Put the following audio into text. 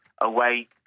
away